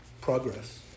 progress